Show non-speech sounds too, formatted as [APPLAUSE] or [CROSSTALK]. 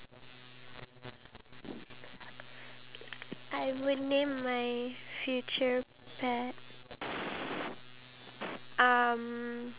so yes so I have the right to name them whatever name I want [LAUGHS] I will make sure one day I will